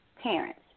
parents